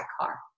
car